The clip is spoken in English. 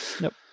Nope